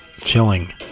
chilling